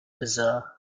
bazaar